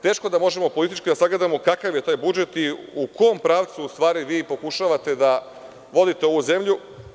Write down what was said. Teško da možemo politički da sagledamo kakav je taj budžet i u kom pravcu, u stvari vi pokušavate da vodite ovu zemlju.